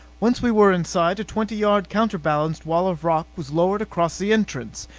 once we were inside, a twenty-yard, counterbalanced wall of rock was lowered across the entrance.